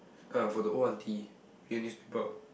uh for the old aunty read newspaper